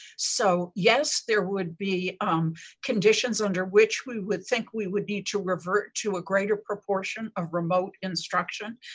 so yes, there would be um conditions under which we would think we would need to revert to a greater proportion of remote instruction.